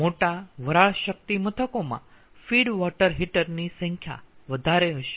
મોટા વરાળ શક્તિ મથકોમાં ફીડ વોટર હીટર ની સંખ્યા વધારે હશે